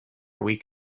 week